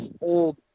old